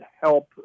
help